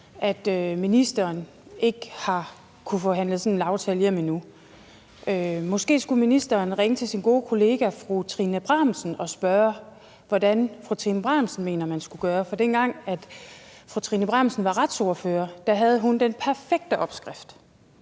at ministeren ikke har kunnet få handlet sådan en aftale hjem endnu. Måske skulle ministeren ringe til sin gode kollega fru Trine Bramsen og spørge, hvordan fru Trine Bramsen mener, man skulle gøre det, fordi dengang fru Trine Bramsen var retsordfører, havde hun den perfekte opskrift,